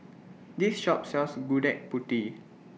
This Shop sells Gudeg Putih